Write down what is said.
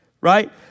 right